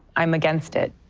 i'm against it.